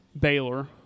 Baylor